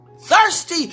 thirsty